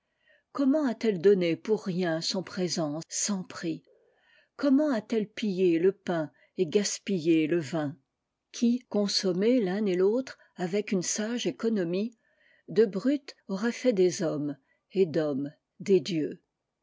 paradis commenta t elle donné pour rien son présent sans prix comment a-t-elle pillé le pain et gaspillé le vin qui consommés l'un et l'autre avec une sae e économie de brutes auraient fait des hommes et d'hommes des dieux